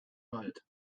wald